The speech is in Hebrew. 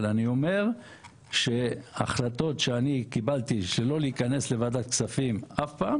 אני אומר שהחלטות שאני קיבלתי שלא להיכנס לוועדת הכספים אף פעם